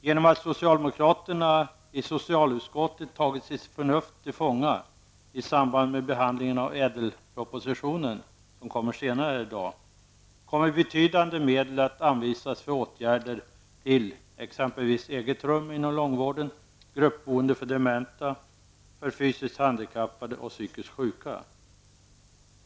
Genom att socialdemokraterna i socialutskottet tagit sitt förnuft till fånga, i samband med behandlingen av Ädelpropositionen, som debatteras senare här i dag, kommer betydande medel att anvisas för åtgärder som exempelvis eget rum inom långvården, gruppboende för dementa samt åtgärder för fysiskt handikappade och psykiskt sjuka.